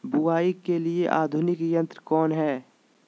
बुवाई के लिए आधुनिक यंत्र कौन हैय?